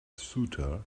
ceuta